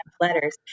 letters